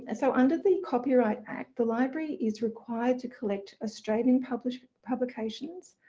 and so, under the copyright act the library is required to collect australian published publications,